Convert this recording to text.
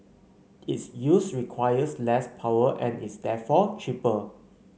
its use requires less power and is therefore cheaper